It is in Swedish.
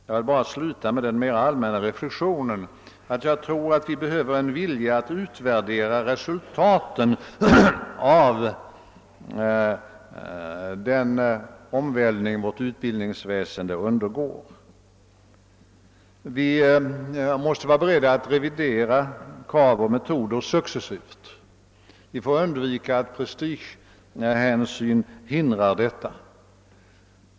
Jag vill sluta den mera allmänna reflexionen att jag tror att vi behöver en vilja att utvärdera resultaten av den omvälvning vårt utbildningsväsende undergår. Vi måste vara beredda att successivt revidera krav och metoder. Vi får undvika att prestigehänsyn hindrar detta.